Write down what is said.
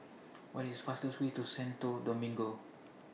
What IS The fastest Way to Santo Domingo